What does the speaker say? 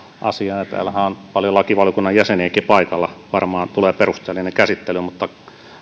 asian täällähän on paljon lakivaliokunnan jäseniäkin paikalla varmaan tulee perusteellinen käsittely mutta